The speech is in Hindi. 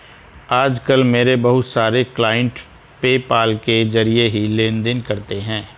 आज कल मेरे बहुत सारे क्लाइंट पेपाल के जरिये ही लेन देन करते है